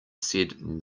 said